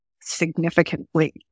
significantly